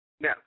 Now